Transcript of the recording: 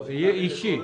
יהיה אישי.